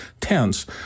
tense